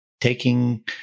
taking